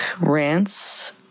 rants